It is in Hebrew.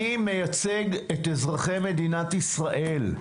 מייצג את אזרחי מדינת ישראל,